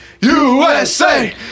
USA